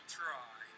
try